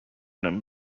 him